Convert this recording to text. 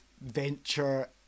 venture